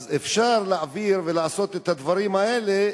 אז אפשר להעביר ולעשות את הדברים האלה.